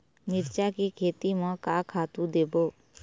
मिरचा के खेती म का खातू देबो?